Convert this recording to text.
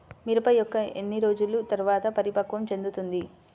మిరప మొక్క ఎన్ని రోజుల తర్వాత పరిపక్వం చెందుతుంది?